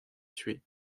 tué